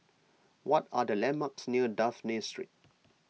what are the landmarks near Dafne Street